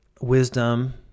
wisdom